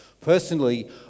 personally